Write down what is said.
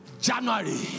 January